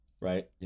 Right